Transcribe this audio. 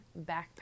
backpack